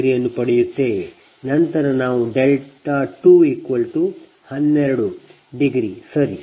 153∠12 ಅನ್ನು ಪಡೆಯುತ್ತೇವೆ ನಂತರ ನಾವು δ212 ಸರಿ